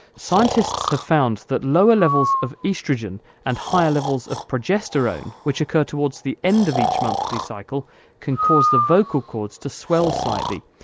scientists have found that lower levels of oestrogen and higher levels of progesterone which occur towards the end of each monthly cycle can cause the vocal cords to swell slightly,